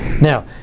Now